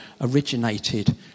originated